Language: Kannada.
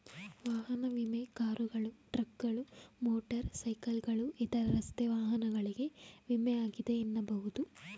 ವಾಹನ ವಿಮೆ ಕಾರುಗಳು, ಟ್ರಕ್ಗಳು, ಮೋಟರ್ ಸೈಕಲ್ಗಳು ಇತರ ರಸ್ತೆ ವಾಹನಗಳಿಗೆ ವಿಮೆ ಆಗಿದೆ ಎನ್ನಬಹುದು